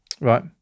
Right